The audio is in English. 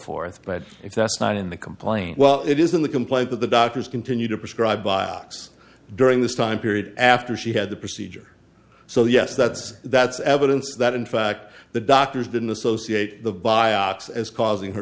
forth but if that's not in the complaint well it is in the complaint that the doctors continue to prescribe box during this time period after she had the procedure so yes that's that's evidence that in fact the doctors didn't associate the biopsy as causing her